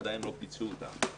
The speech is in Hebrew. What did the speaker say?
עדיין לא פיצו אותם.